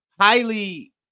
highly